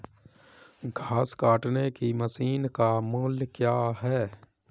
घास काटने की मशीन का मूल्य क्या है?